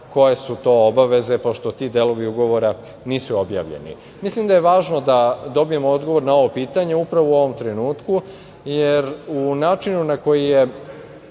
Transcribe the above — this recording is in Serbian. koje su to obaveze, pošto ti delovi ugovora nisu objavljeni. Mislim da je važno da dobijemo odgovor na ovo pitanje, upravo u ovom trenutku, jer u načinu na koji je